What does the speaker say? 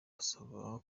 asaba